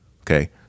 okay